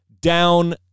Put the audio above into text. down